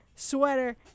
sweater